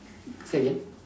say again